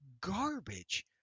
garbage